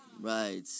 Right